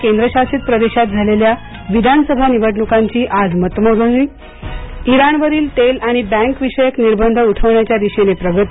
केंद्रशासित प्रदेशात झालेल्या विधानसभा निवडणुकांची आज मतमोजणी इराणवरील तेल आणि बँकविषयक निर्बंध उठवण्याच्या दिशेने प्रगती